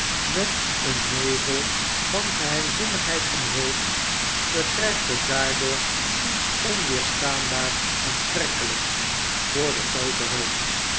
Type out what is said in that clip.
met een nevel van geheimzinnigheid omhult verkrijgt het daardoor lets onweerstaanbaar aantrekkelijks voor den grooten hoop